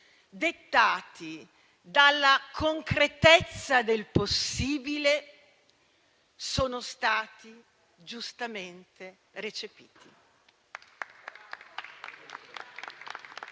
dettati dalla concretezza del possibile, sono stati giustamente recepiti.